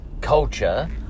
culture